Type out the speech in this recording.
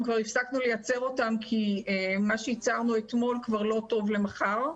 כבר הפסקנו לייצר אותם כי מה שייצרנו אתמול כבר לא טוב למחר.